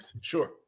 Sure